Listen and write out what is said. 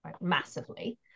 massively